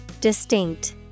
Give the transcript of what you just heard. Distinct